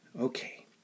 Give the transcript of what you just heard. Okay